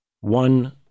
one